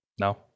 No